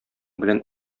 белән